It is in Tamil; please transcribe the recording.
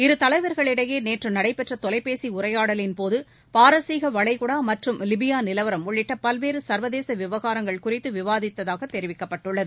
இரு தலைவர்களிடையே நேற்று நடைபெற்ற தொலைபேசி உரையாடலின்போது பாரசீக வளைகுடா மற்றும் லிபியா நிலவரம் உள்ளிட்ட பல்வேறு சர்வதேச விவகாரங்கள் குறித்து விவாதித்ததாக தெரிவிக்கப்பட்டுள்ளது